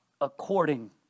according